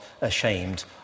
ashamed